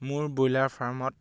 মোৰ ব্ৰইলাৰ ফাৰ্মত